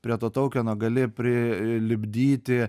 prie to toukeno gali prilipdyti